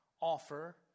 Offer